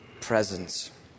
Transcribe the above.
presence